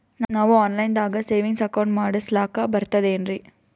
ನಾವು online ದಾಗ savings account ಮಾಡಸ್ಲಾಕ ಬರ್ತದೇನ್ರಿ?